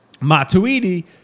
Matuidi